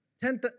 ten